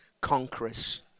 conquerors